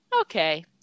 okay